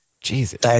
Jesus